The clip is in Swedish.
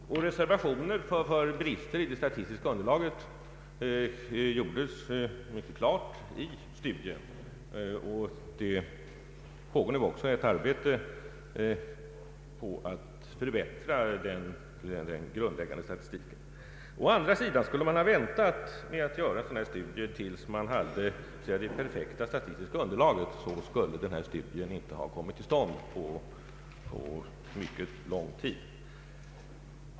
Reservationer för brister i det statistiska underlaget framfördes klart i studien, och arbete pågår nu med förbättring av den grundläggande statistiken. Om man å andra sidan skulle ha väntat med att göra en sådan studie tills man hade fått fram det perfekta statistiska underlaget, skulle den här studien inte ha kommit till stånd på mycket lång tid.